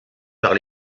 par